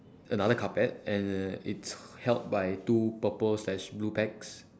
another carpet and it's held by two purple slash blue bags